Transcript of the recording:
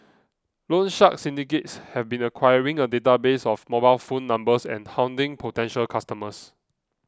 loan shark syndicates have been acquiring a database of mobile phone numbers and hounding potential customers